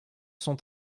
sont